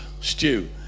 stew